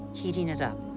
heating it up.